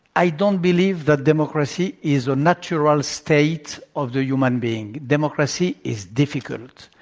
i don't believe that democracy is a natural state of the human being. democracy is difficult.